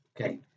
Okay